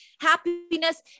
happiness